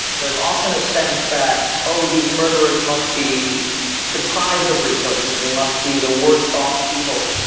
there's often a sense that oh these murderers must be deprived of resources, they must be the worst-off people.